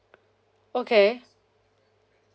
okay